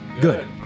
Good